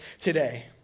today